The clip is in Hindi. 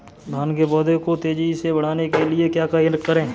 धान के पौधे को तेजी से बढ़ाने के लिए क्या करें?